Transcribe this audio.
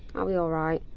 i'll be alright.